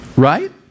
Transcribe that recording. Right